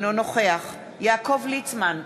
אינו נוכח יעקב ליצמן,